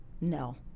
No